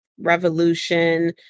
revolution